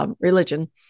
religion